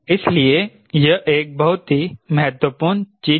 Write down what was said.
इसलिए यह एक बहुत ही महत्वपूर्ण चीज है